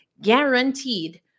guaranteed